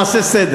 בוא נעשה סדר,